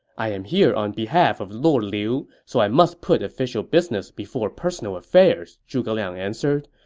i am here on behalf of lord liu, so i must put official business before personal affairs, zhuge liang answered.